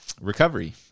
recovery